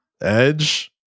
Edge